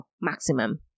maximum